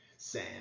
Sam